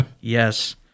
Yes